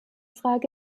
frage